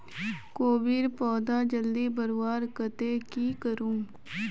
कोबीर पौधा जल्दी बढ़वार केते की करूम?